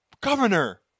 governor